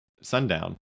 sundown